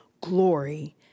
glory